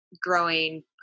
growing